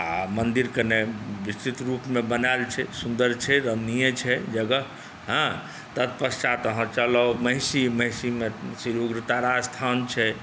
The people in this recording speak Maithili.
आओर मन्दिर कने विस्तृत रूपमे बनाएल छै सुन्दर छै रमणीय छै जगह हँ तत्पश्चात अहाँ चलि आउ महिसी महिसीमे श्रीउग्र तारा स्थान छै जे